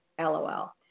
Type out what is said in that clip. LOL